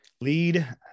lead